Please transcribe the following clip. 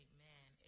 Amen